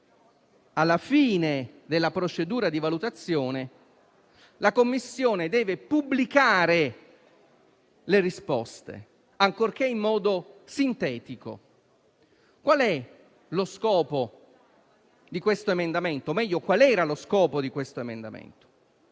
alla fine della procedura di valutazione la commissione deve pubblicare le risposte, ancorché in modo sintetico. Qual è - o, meglio, qual era - lo scopo di questo emendamento?